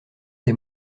des